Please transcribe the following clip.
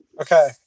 Okay